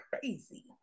crazy